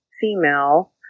female